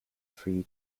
free